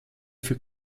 für